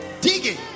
Digging